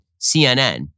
CNN